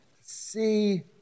see